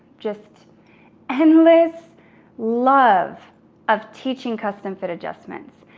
just endless love of teaching custom fit adjustments.